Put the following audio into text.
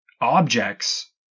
objects